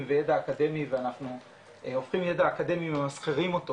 וידע אקדמי ואנחנו הופכים ידע אקדמי וממסחרים אותו